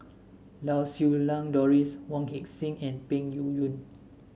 Lau Siew Lang Doris Wong Heck Sing and Peng Yuyun